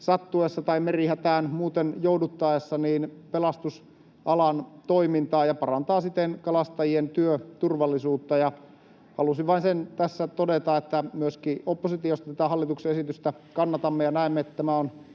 sattuessa tai merihätään muuten jouduttaessa pelastusalan toimintaa ja parantaa siten kalastajien työturvallisuutta. Halusin vain sen tässä todeta, että myöskin oppositiosta tätä hallituksen esitystä kannatamme ja näemme, että tämä on